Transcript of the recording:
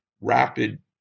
rapid